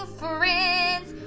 friends